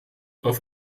auf